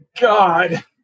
God